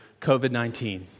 COVID-19